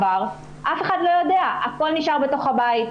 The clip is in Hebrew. אף אחד לא יודע והכול נשאר בתוך הבית.